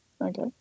Okay